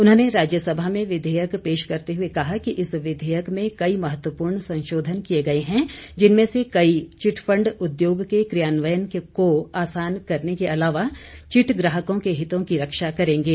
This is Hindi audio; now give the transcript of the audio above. उन्होंने राज्यसभा में विधेयक पेश करते हुए कहा कि इस विधेयक में कई महत्वपूर्ण संशोधन किए गए हैं जिनमें से कई चिटफंड उद्योग के कियान्वयन को आसान करने के अलावा चिट ग्राहकों के हितों की रक्षा करेंगे